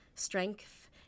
Strength